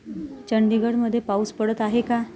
चंडीगडमध्ये पाऊस पडत आहे का